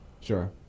sure